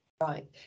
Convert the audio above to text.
Right